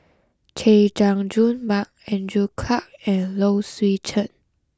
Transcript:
Chay Jung Jun Mark Andrew Clarke and Low Swee Chen